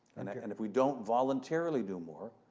and if we don't voluntarily do more,